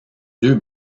deux